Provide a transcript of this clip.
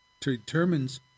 determines